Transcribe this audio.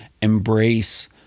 embrace